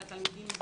לתלמידים,